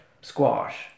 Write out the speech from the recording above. squash